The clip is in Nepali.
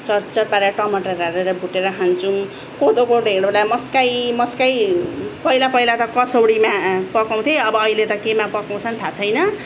चरचर पारेर टमटर हालेर भुटेर खान्छौँ कोदोको ढेँडोलाई मस्काई मस्काई पहिला पहिला त कसौडीमा पकाउँथे अब अहिले त केमा पकाउँछन् थाहा छैन